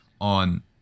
on